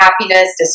happiness